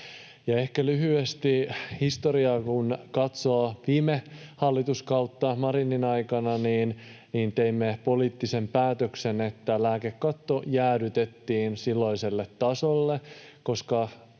Ehkä lyhyesti historiaa: Kun katsoo viime hallituskautta Marinin aikana, niin teimme poliittisen päätöksen, että lääkekatto jäädytettiin silloiselle tasolle,